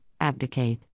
abdicate